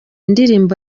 ndirimbo